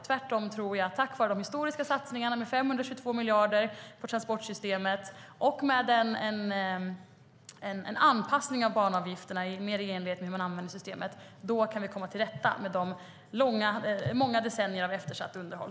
Tvärtom tror jag att vi tack vare de historiska satsningarna med 522 miljarder på transportsystemet och med en anpassning av banavgifterna mer i enlighet med hur systemet används kan komma till rätta med många decennier av eftersatt underhåll.